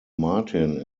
martin